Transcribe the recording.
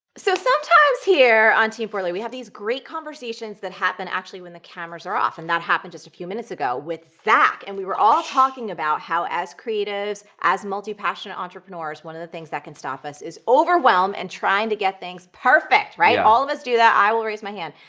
so, sometimes here on team forleo we have these great conversations that happen actually when the cameras are off, and that happened just a few minutes ago with zach, and we all talking about how as creatives, as multi-passionate entrepreneurs, one of the things that can stop us is overwhelm and trying to get things perfect, right. all of us do that. i will raise my hand.